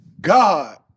God